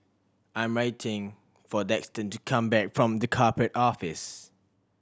I'm writing for Daxton to come back from The Corporate Office